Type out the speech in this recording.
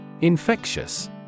Infectious